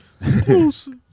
Exclusive